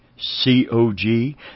C-O-G